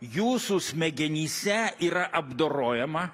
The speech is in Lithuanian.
jūsų smegenyse yra apdorojama